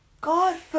God